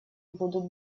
будут